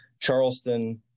Charleston